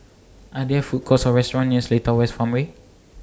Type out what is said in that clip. Are There Food Courts Or restaurants near Seletar West Farmway